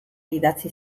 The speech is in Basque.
idatzi